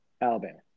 Alabama